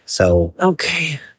Okay